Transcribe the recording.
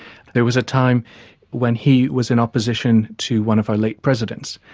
there was a time when he was in opposition to one of our late presidents.